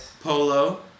Polo